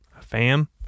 fam